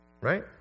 Right